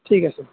ঠিক আছে